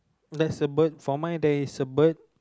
there's a bird for mine there is a bird